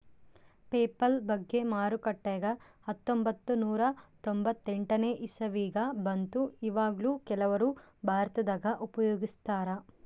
PayPal ಬಗ್ಗೆ ಮಾರುಕಟ್ಟೆಗ ಹತ್ತೊಂಭತ್ತು ನೂರ ತೊಂಬತ್ತೆಂಟನೇ ಇಸವಿಗ ಬಂತು ಈವಗ್ಲೂ ಕೆಲವರು ಭಾರತದಗ ಉಪಯೋಗಿಸ್ತರಾ